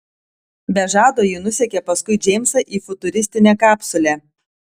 be žado ji nusekė paskui džeimsą į futuristinę kapsulę